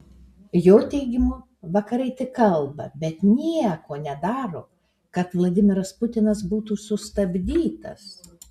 jo teigimu vakarai tik kalba bet nieko nedaro kad vladimiras putinas būtų sustabdytas